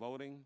voting